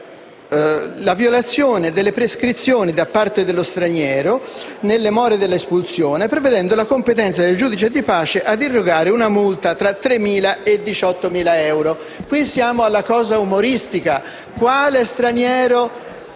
penali la violazione delle prescrizioni da parte dello straniero, nelle more dell'espulsione, prevedendo la competenza del giudice di pace ad irrogare una multa da 3.000 a 18.000 euro. Qui siamo all'aspetto umoristico: quale straniero